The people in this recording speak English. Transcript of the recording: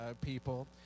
people